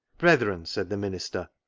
brethren, said the minister,